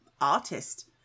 Artist